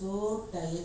don't forget